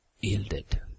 yielded